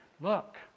look